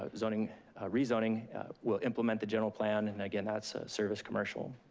ah rezoning rezoning will implement the general plan, and again, that's service commercial.